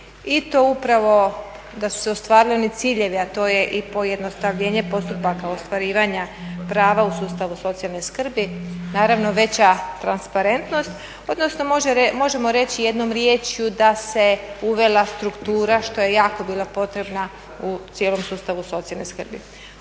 i to upravo da su se ostvarili oni ciljevi a to je i pojednostavljenje postupaka ostvarivanja prava u sustavu socijalne skrbi, naravno veća transparentnosti, odnosno možemo reći jednom riječju da se uvela struktura još je jako bila potrebna u cijelom sustavu socijalne skrbi.